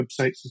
websites